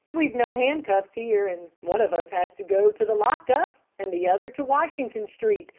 we've no handcuffs here, and one of us has to go to the lock-up and the other to washington street,